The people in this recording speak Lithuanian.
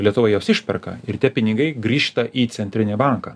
lietuvoj jos išperka ir tie pinigai grįžta į centrinį banką